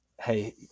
Hey